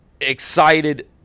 excited